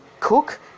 cook